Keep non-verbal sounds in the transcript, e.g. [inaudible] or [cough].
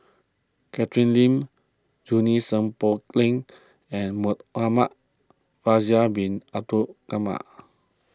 Catherine Lim Junie Sng Poh Leng and Muhamad Faisal Bin Abdul [unintelligible]